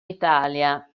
italia